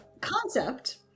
concept